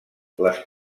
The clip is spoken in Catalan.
les